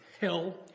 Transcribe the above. Hell